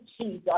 Jesus